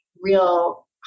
real